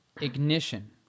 ignition